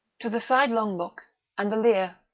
to the sidelong look and the leer.